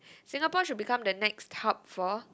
Singapore should become the next hub for